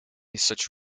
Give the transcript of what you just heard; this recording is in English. such